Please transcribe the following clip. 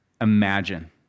imagine